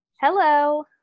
Hello